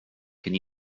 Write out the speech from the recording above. can